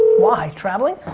why traveling?